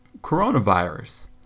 coronavirus